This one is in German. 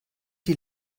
die